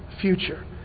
future